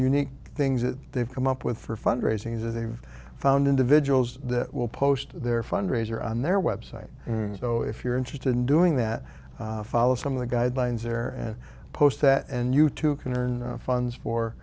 unique things that they've come up with for fundraising is they've found individuals that will post their fundraiser on their website so if you're interested in doing that follow some of the guidelines there and post that and you too can earn the funds for